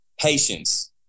patience